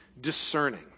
discerning